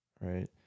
right